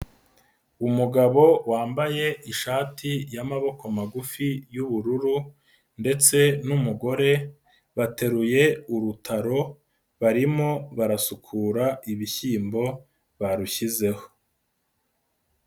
Umugabo wambaye ishati y'amaboko magufi y'ubururu ndetse n'umugore, bateruye urutaro, barimo barasukura ibishyimbo barushyizeho.